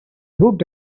booked